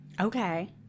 okay